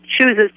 chooses